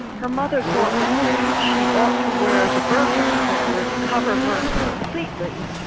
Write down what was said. her mother thought that perhaps she ought to wear the burkha a that would cover her completely,